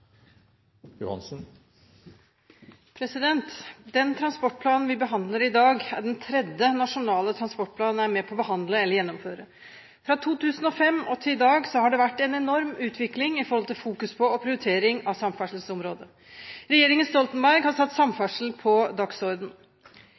selv. Den transportplanen vi behandler i dag, er den tredje nasjonale transportplanen jeg er med på å behandle eller gjennomføre. Fra 2005 og til i dag har det vært en enorm utvikling i forhold til fokus på og prioritering av samferdselsområdet. Regjeringen Stoltenberg har satt